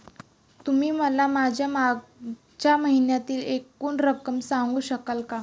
तुम्ही मला माझ्या मागच्या महिन्यातील एकूण रक्कम सांगू शकाल का?